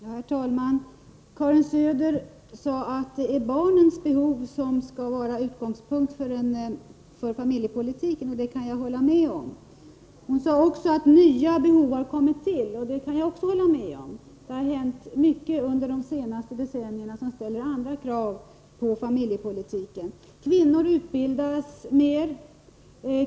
Herr talman! Karin Söder sade att barnens behov skall vara utgångspunkt för familjepolitiken, och det kan jag hålla med om. Hon sade vidare att nya behov har kommit till, och det kan jag också hålla med om. Det har hänt mycket under de senaste decennierna som ställer krav på familjepolitiken. Kvinnor utbildas mer.